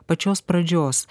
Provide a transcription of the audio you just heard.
pačios pradžios